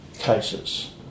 Cases